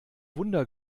wunder